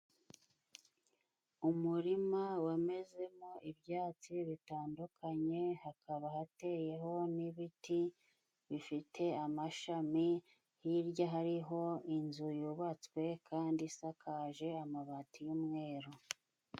Umurima wamezemo ibyatsi bitandukanye, hakaba hateyeho n'ibiti bifite amashami, hirya hariho inzu yubatswe kandi isakaje amabati y'umweru.